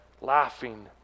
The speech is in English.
laughing